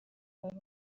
ari